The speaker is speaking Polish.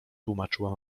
tłumaczyła